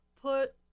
put